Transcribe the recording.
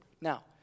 Now